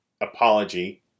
apology